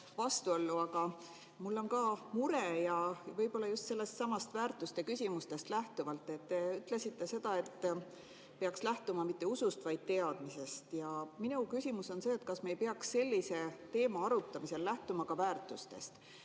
aga mul on ka mure ja võib-olla just sellestsamast väärtuste küsimusest lähtuvalt. Te ütlesite, et peaks lähtuma mitte usust, vaid teadmisest. Minu küsimus on see, kas me ei peaks sellise teema arutamisel lähtuma ka väärtustest.